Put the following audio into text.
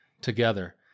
together